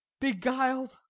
beguiled